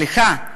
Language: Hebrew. סליחה,